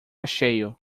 cheio